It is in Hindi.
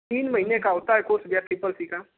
तीन महीने का होता है कोर्स भैया ट्रिपल सी का